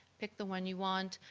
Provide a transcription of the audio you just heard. pick the one you want,